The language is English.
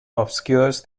obscures